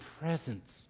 presence